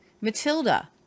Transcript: Matilda